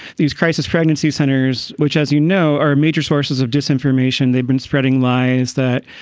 these crisis pregnancy centers, which, as you know, are major sources of disinformation. they've been spreading lies that,